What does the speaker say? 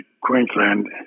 Queensland